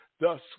thus